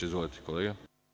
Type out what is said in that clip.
Izvolite, kolega.